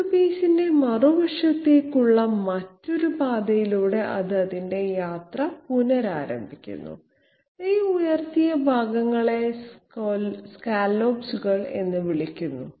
വർക്ക്പീസിൻറെ മറുവശത്തേക്കുള്ള മറ്റൊരു പാതയിലൂടെ അത് അതിന്റെ യാത്ര പുനരാരംഭിക്കുന്നു ഈ ഉയർത്തിയ ഭാഗങ്ങളെ സ്കല്ലോപ്പുകൾ എന്ന് വിളിക്കുന്നു